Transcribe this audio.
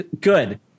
good